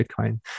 bitcoin